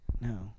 No